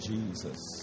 Jesus